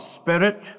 Spirit